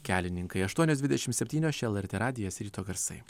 kelininkai aštuonios dvidešim septynios čia lrt radijas ryto garsai